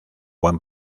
buen